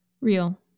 real